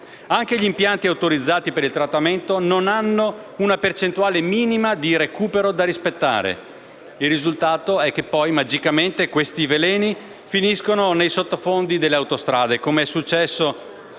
Anche gli impianti autorizzati per il trattamento non hanno una percentuale minima di recupero da rispettare, con il risultato che poi, magicamente, i veleni sono finiti nei sottofondi delle autostrade, come è successo